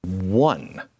one